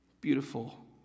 beautiful